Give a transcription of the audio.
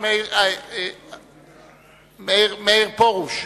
מאיר פרוש.